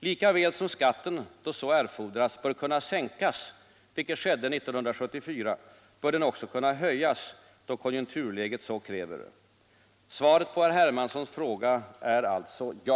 Lika väl som skatten, då så erfordras, bör kunna sänkas — vilket skedde 1974 — bör den kunna höjas då konjunkturläget så kräver. Svaret på herr Hermanssons fråga är alltså ja.